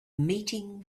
meeting